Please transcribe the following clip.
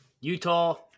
utah